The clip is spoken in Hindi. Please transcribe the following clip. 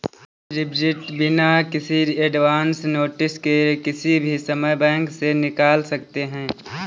डिमांड डिपॉजिट बिना किसी एडवांस नोटिस के किसी भी समय बैंक से निकाल सकते है